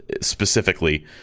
specifically